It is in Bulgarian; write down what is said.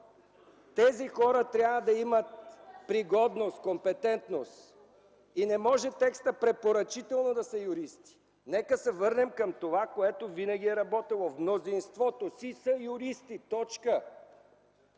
тези хора трябва да имат пригодност, компетентност. Не може текстът да е „препоръчително да са юристи”. Нека да се върнем към това, което винаги е работило: „в мнозинството си са юристи”. Точка!